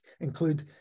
include